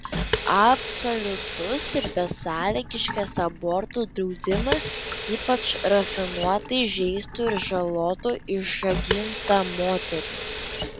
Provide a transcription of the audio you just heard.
absoliutus ir besąlygiškas abortų draudimas ypač rafinuotai žeistų ir žalotų išžagintą moterį